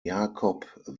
jakob